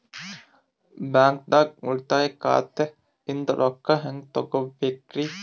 ಬ್ಯಾಂಕ್ದಾಗ ಉಳಿತಾಯ ಖಾತೆ ಇಂದ್ ರೊಕ್ಕ ಹೆಂಗ್ ತಗಿಬೇಕ್ರಿ?